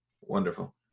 Wonderful